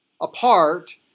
apart